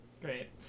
great